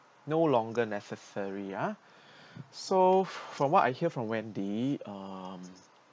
no longer necessary ah so from what I hear from wendy um